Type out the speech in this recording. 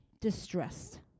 distressed